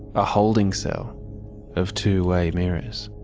a holding cell of two-way mirrors,